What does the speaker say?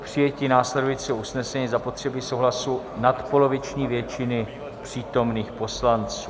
K přijetí následujícího usnesení je zapotřebí souhlasu nadpoloviční většiny přítomných poslanců.